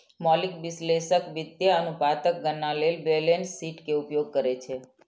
मौलिक विश्लेषक वित्तीय अनुपातक गणना लेल बैलेंस शीट के उपयोग करै छै